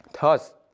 Thus